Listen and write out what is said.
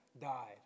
died